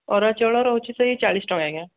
ଅରୁଆ ଚାଉଳ ରହୁଛି ସେଇ ଚାଳିଶ ଟଙ୍କା ଆଜ୍ଞା